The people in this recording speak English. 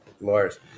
lawyers